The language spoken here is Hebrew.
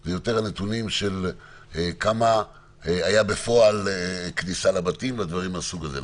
זה יותר הנתונים של כמה היה בפועל בכניסה לבתים והדברים מהסוג הזה,